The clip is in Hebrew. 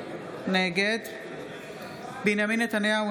נגד בנימין נתניהו,